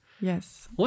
Yes